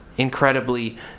incredibly